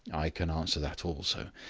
i can answer that also.